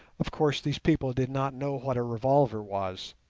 of course these people did not know what a revolver was.